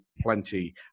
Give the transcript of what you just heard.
plenty